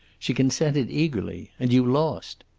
she consented eagerly. and you lost.